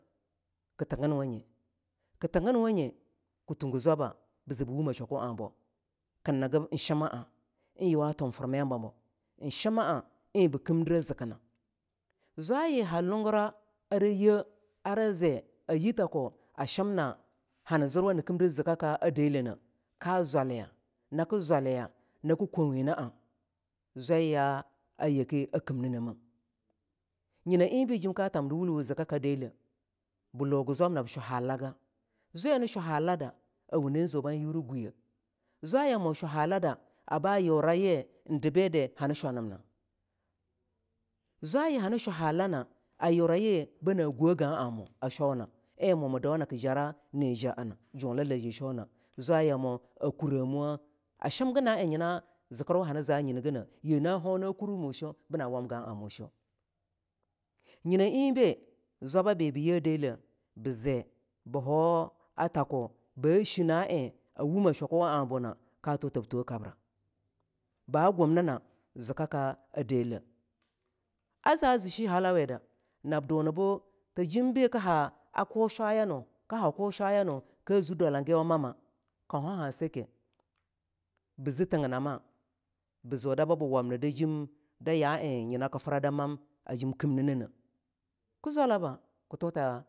ki thiginwanye ki thiginwanye ki tugu zwalba bi zibu wumeh shwaku abu ki nigib shima a en yuwa turfinya mabo en shima a en bii kindire ziki nai zwayi ha nunguro ara ye areze aye tako a shrimna hani zirwo hani kimdir zikaka a deleh ne ka zwali nakii zwaliya naki kowe naa zwaya yake a kimnineme nyina enbe jim ka tamdiwulwune zikaka deleh bii lagu zwabnab shu hallaga zwai nii shu hallada a wundi zu ban yuri guyeh zwayamo shu hakkada aba yura ye en debi da hani shwanimna zwayi hani ashu hallanah a yurayi bana gih gaa mu a shona en mu mu dauna ki yara ni jaa julalani shona zwa yamo a kuremowoh ashimgi ne en nyina zikirwa hani zanyigine yi na ho na kurwu mu shoh bina wam gaa mu sho nyina enbe zwababi be ye deleh beze ba hau tahko ba shinen bi wu meh shwaku abuna ka tuta bi toh kabra ba gumnina zikaka a deleh a zi shi halawado nab du ni buta jem bi ki ha a kusha ka ha kushaya kazi dwalangiwa mama kauhaha sake bi zi thinginanma bizu da babe wamni jim da ya en nyina ki fra da mani a jim kimdirene ki zwalama.